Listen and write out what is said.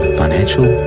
financial